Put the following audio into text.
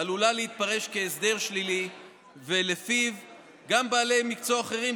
עלולה להתפרש כהסדר שלילי שלפיו לבעלי מקצוע אחרים,